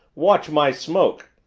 watch my smoke!